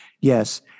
Yes